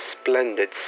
splendid